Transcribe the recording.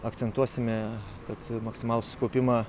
akcentuosime kad maksimalų susikaupimą